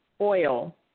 oil